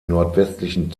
nordwestlichen